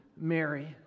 Mary